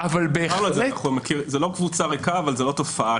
זאת לא קבוצה ריקה אבל זאת לא תופעה.